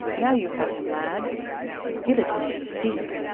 now you have him, lad give it him deep.